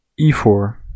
e4